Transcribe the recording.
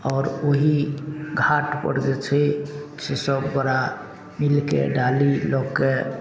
आओर ओहि घाटपर जे छै से सभ गोटा मिलके डाली लअ के